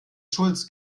schulz